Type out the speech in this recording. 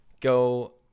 go